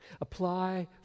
Apply